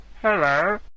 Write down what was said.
Hello